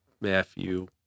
Matthew